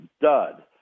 dud